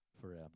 forever